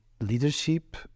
leadership